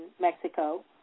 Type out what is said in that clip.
Mexico